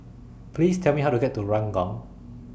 Please Tell Me How to get to Ranggung